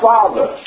Father